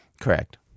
Correct